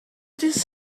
this